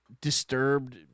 disturbed